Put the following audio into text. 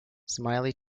smiley